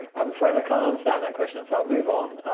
i'm afraid i can't understand that question, so i'll move on.